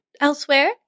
elsewhere